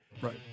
Right